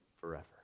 forever